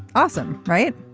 awesome right.